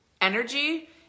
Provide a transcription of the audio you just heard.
energy